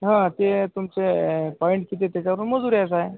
हा ते तुमचे पॉइंट किती त्याच्यावरून मजुऱ्यास आहे